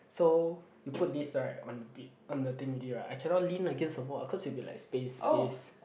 so you put this right on the bed on the thing already right I cannot lean against the wall cause it will be like space space